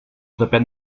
depén